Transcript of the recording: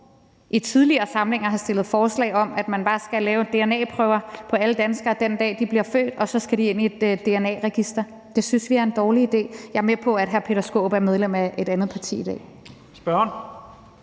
i tidligere samlinger har fremsat forslag om, at man bare skal lave dna-prøver på alle danskere, den dag de bliver født, og så skal de ind i et dna-register. Det synes vi er en dårlig idé. Jeg er med på, at hr. Peter Skaarup er medlem af et andet parti i dag.